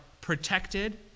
protected